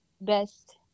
best